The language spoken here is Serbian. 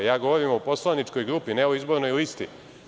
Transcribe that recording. Ja govorim o poslaničkoj grupi, ne o izbornoj listi.